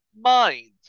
mind